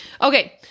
Okay